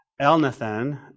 Elnathan